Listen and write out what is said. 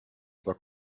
zwar